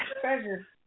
treasure